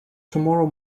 tomorrow